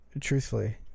truthfully